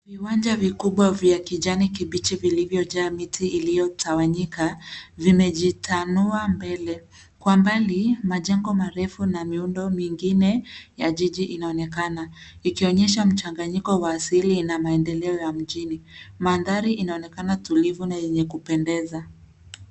Viwanja vikubwa vya kijani kibichi vilivyojaa miti iliyotawanyika vimejitanua mbele. Kwa mbali majengo marefu na miundo mingine ya jiji inaonekana ikionyesha mchanganyiko wa asili na maendeleo ya mjini. Mandhari inaonekana tulivu na yenye kupendeza.